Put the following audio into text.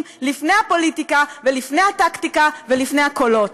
לפני הפוליטיקה ולפני הטקטיקה ולפני הקולות.